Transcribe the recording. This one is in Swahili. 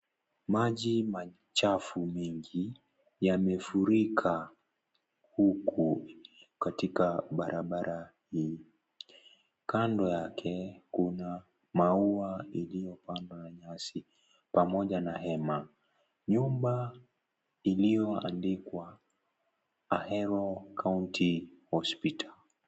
Maji machafu mengi yamefurika huku katika barabara hii kando yake kuna maua iliyopandwa na nyasi pamoja na hema nyumba iliyoandikwa Ahero County Hospital